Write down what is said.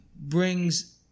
brings